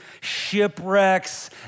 shipwrecks